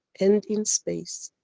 and in space.